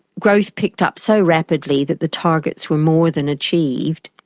growth picked up so rapidly that the targets were more than achieved,